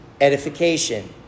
edification